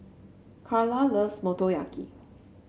Karla loves Motoyaki